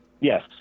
yes